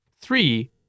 three